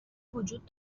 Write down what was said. وجود